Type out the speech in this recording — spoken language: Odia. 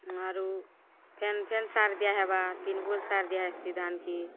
ଆରୁ ଫେନ୍ ଫେନ୍ ସାର୍ ଦିଆହେବା ତିନ୍ ବୁଲ୍ ସାର୍ ଦିଆ ହେସି ଧାନ୍କେ